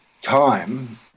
time